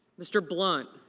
mr. blunt